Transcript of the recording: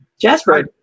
Jasper